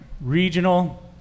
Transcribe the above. Regional